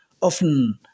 Often